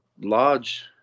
large